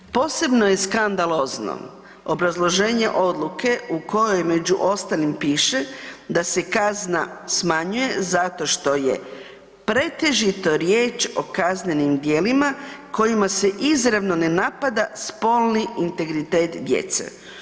Posebno je skandalozno obrazloženje odluke u kojoj među ostalim piše da se kazna smanjuje zato što je pretežito riječ o kaznenim djelima kojima se izravno ne napada spolni integritet djece.